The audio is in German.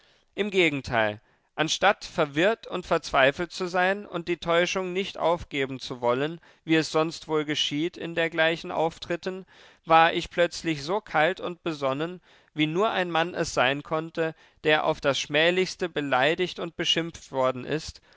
im gegenteil anstatt verwirrt und verzweifelt zu sein und die täuschung nicht aufgeben zu wollen wie es sonst wohl geschieht in dergleichen auftritten war ich plötzlich so kalt und besonnen wie nur ein mann es sein sonnte der auf das schmählichste beleidigt und beschimpft worden ist